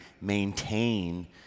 maintain